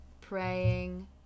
praying